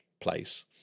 place